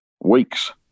weeks